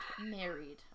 Married